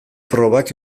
probak